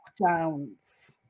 lockdowns